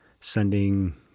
sending